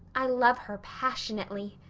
i love her passionately.